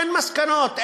אין מסקנות,